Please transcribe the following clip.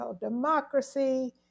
democracy